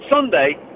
Sunday